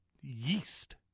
Yeast